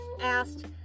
asked